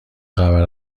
خبر